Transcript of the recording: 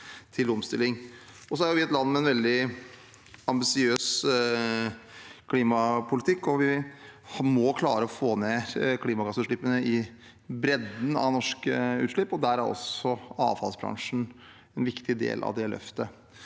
Vi er et land med en veldig ambisiøs klimapolitikk. Vi må klare å få ned klimagassutslippene i bredden av norske utslipp, og avfallsbransjen er en viktig del av det løftet.